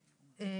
בבקשה.